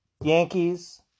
Yankees